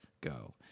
go